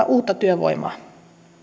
uutta työvoimaa